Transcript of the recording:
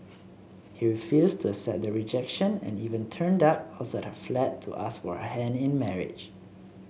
he refused to accept the rejection and even turned up outside her flat to ask for her hand in marriage